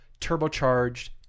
turbocharged